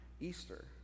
Easter